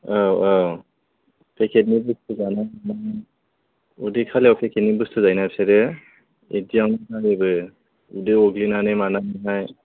औ औ फेकेटनि बुस्थु जानाय मानाय उदै खालियाव फेकेटनि बुस्थु जायो ना बिसोरो बिदिआवनो जाजोबो उदैआव अग्लिनानै मानानैहाय